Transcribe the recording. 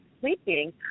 sleeping